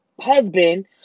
husband